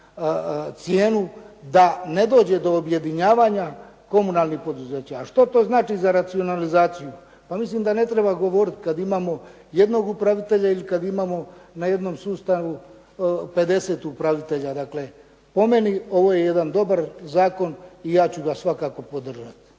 cijenu da ne dođe do objedinjavanja komunalnih poduzeća. A što to znači za racionalizaciju? Pa mislim da ne treba govoriti kad imamo jednog upravitelja ili kad imamo na jednom sustavu 50 upravitelja, dakle po meni ovo je jedan dobar zakon i ja ću ga svakako podržati.